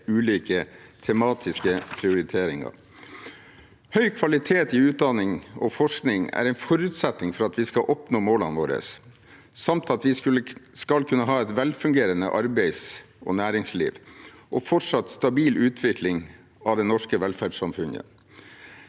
ulike tematiske prioriteringer. Høy kvalitet i utdanning og forskning er en forutsetning for at vi skal oppnå målene våre, samt at vi skal kunne ha velfungerende arbeidsliv og næringsliv og fortsatt stabil utvikling av det norske velferdssamfunnet.